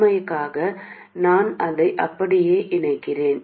முழுமைக்காக நான் அதை அப்படியே இணைக்கிறேன்